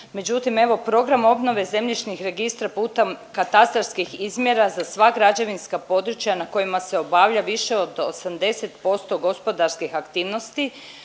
međutim evo program obnove zemljišnih registra putem katastarskih izmjera za sva građevinska područja na kojima se obavlja više od 80% gospodarskih aktivnosti